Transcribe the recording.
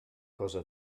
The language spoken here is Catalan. cosa